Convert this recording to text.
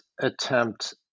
attempt